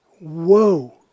Whoa